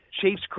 Chiefs